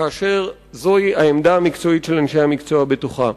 כאשר זוהי העמדה המקצועית של אנשי המקצוע בתוכה.